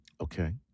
Okay